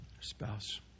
spouse